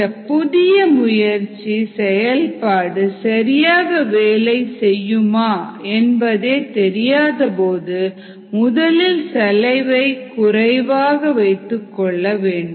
இந்த புதிய முயற்சி செயல்பாடு சரியாக வேலை செய்யுமா என்பதே தெரியாத போது முதலில் செலவை குறைவாக வைத்துக் கொள்ள வேண்டும்